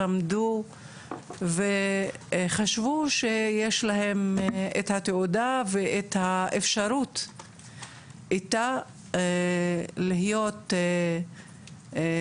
למדו וחשבו שיש להם את התעודה ואת האפשרות איתה להיות מועילים,